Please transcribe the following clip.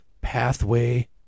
pathway